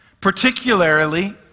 particularly